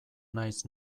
naiz